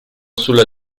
sulla